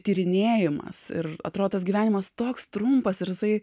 tyrinėjimas ir atrodo tas gyvenimas toks trumpas ir jisai